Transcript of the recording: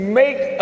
make